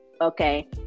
okay